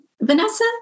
Vanessa